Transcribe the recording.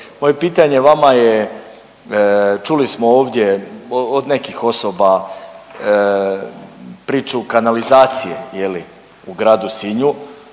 Moje pitanje vama je, čuli smo ovdje od nekih osoba, priču kanalizacije, je li, u gradu Sinju,